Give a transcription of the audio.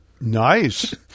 Nice